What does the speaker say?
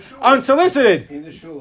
unsolicited